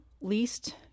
least